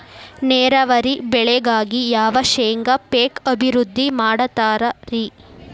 ನೇರಾವರಿ ಬೆಳೆಗಾಗಿ ಯಾವ ಶೇಂಗಾ ಪೇಕ್ ಅಭಿವೃದ್ಧಿ ಮಾಡತಾರ ರಿ?